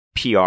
pr